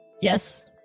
Yes